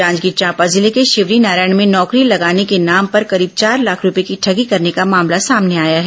जांजगीर चांपा जिले के शिवरीनारायण में नौकरी लगाने के नाम पर करीब चार लाख रूपये की ठगी करने का मामला सामने आया है